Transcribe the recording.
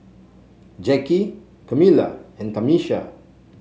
Jacki Camila and Tamisha